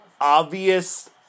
Obvious